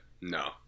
no